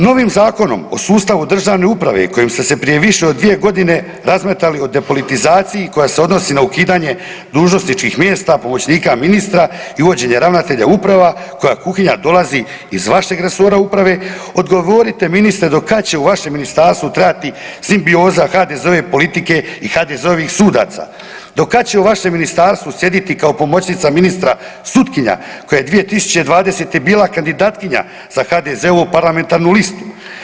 Novim zakonom o sustavu državne uprave kojim ste se prije više od dvije godine razmetali o depolitizaciji koja se odnosi na ukidanje dužnosničkih mjesta pomoćnika ministra i uvođenje ravnatelja uprava koja kuhinja dolazi iz vašeg resora uprave odgovorite ministre do kad će u vašem ministarstvu trajati simbioza HDZ-ove politike i HDZ-ovih sudaca, do kad će u vašem ministarstvu sjediti kao pomoćnica ministra sutkinja koja je 2020. bila kandidatkinja za HDZ-ovu parlamentarnu listu.